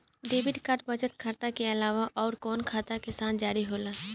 Debit card बचत खाता के अलावा अउरकवन खाता के साथ जारी होला?